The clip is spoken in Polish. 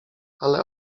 ale